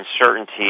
uncertainty